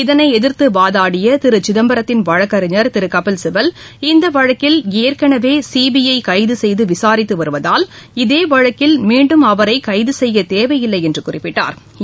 இதனை எதிர்த்து வாதாடிய திரு சிதம்பரத்தின் வழக்கறிஞர் திரு கபில்சிபல் இந்த வழக்கில் ஏற்கனவே சிபிஐ கைது செய்து விசாரித்து வருவதால் இதே வழக்கில் மீண்டும் அவரை கைது செய்ய தேவை இல்லை என்று குறிப்பிட்டா்